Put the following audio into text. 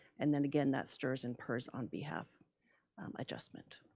and then again that strs and pers on behalf adjustment.